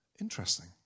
interesting